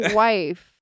wife